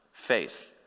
Faith